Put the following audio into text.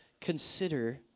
consider